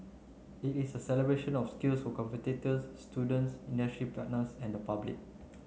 it is a celebration of skills for competitors students industry partners and the public